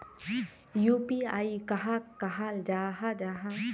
UPI कहाक कहाल जाहा जाहा?